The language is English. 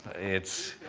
it's